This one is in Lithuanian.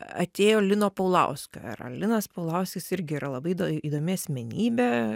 atėjo lino paulauskio era linas paulauskis irgi yra labai įdomi asmenybė